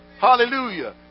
hallelujah